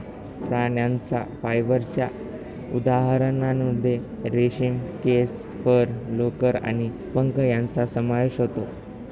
प्राण्यांच्या फायबरच्या उदाहरणांमध्ये रेशीम, केस, फर, लोकर आणि पंख यांचा समावेश होतो